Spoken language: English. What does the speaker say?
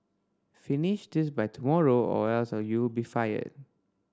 finish this by tomorrow or else you be fired